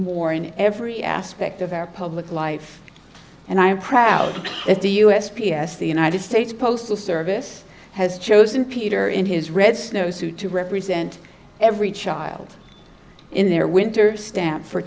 more in every aspect of our public life and i am proud that the u s p s the united states postal service has chosen peter in his red snowsuit to represent every child in their winter stand for